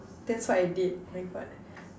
that's what I did my God